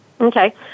Okay